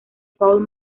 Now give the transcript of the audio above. paul